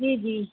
جی جی